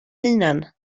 hunan